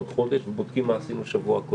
הרשות להלבנת הון כל מה שקשור למסלול בטוח,